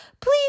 please